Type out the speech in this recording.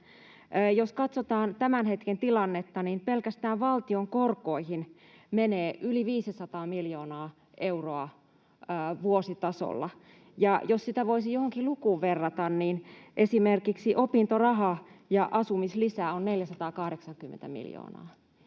Jos katsotaan tämän hetken tilannetta, niin pelkästään valtion korkoihin menee yli 500 miljoonaa euroa vuositasolla, ja jos sitä voisi johonkin lukuun verrata, niin esimerkiksi opintoraha ja asumislisä on 480 miljoonaa.